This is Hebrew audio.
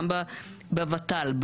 גם בוות"ל,